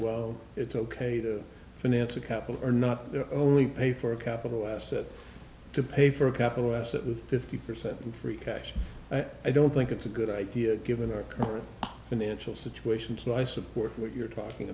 well it's ok to finance a couple or not only pay for a capital asset to pay for a capital asset with fifty percent in free cash i don't think it's a good idea given our current financial situation so i support what you're talking